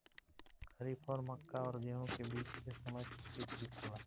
खरीफ और मक्का और गेंहू के बीच के समय खेती ठीक होला?